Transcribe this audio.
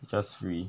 just free